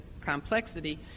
complexity